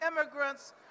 immigrants